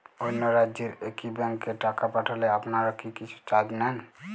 অন্য রাজ্যের একি ব্যাংক এ টাকা পাঠালে আপনারা কী কিছু চার্জ নেন?